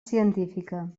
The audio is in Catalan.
científica